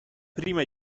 prima